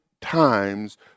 times